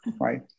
right